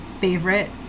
favorite